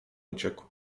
uciekł